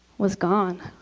was gone.